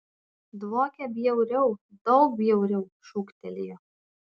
dvokia bjauriau daug bjauriau šūktelėjo